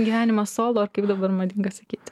gyvenimas solo ar kaip dabar madinga sakyti